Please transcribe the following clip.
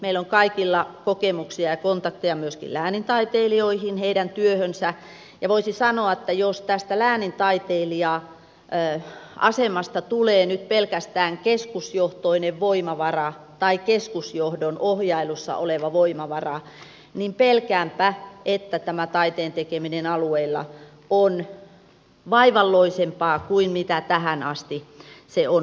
meillä on kaikilla kokemuksia ja kontakteja myöskin läänintaiteilijoihin heidän työhönsä ja voisi sanoa että jos läänintaiteilija asemasta tulee nyt pelkästään keskusjohtoinen voimavara tai keskusjohdon ohjailussa oleva voimavara niin pelkäänpä että taiteen tekeminen alueilla on vaivalloisempaa kuin mitä tähän asti se on ollut